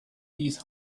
these